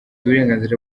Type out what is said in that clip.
uburenganzira